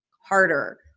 Harder